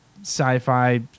sci-fi